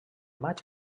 maig